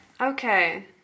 Okay